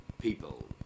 people